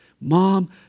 Mom